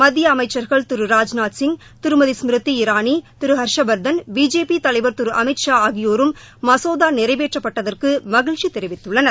மத்திய அமைச்சர்கள் திரு ராஜ்நாத் சிங் திருமதி ஸ்மிருதி இரானி திரு ஹர்ஷ்வர்தன் பிஜேபி தலைவர் திரு அமித் ஷா ஆகியோரும் மசோதா நிறைவேற்றப்பட்டதற்கு மகிழ்ச்சி தெரிவித்துள்ளனர்